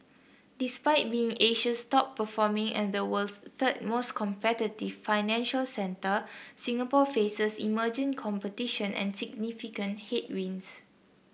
despite being Asia's top performing and the world's third most competitive financial centre Singapore faces emerging competition and significant headwinds